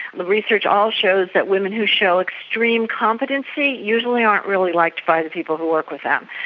the research all shows that women who show extreme competency usually aren't really liked by the people who work with them.